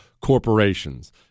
corporations